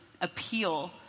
appeal